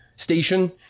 station